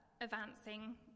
advancing